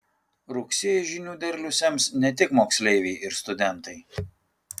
rugsėjį žinių derlių sems ne tik moksleiviai ir studentai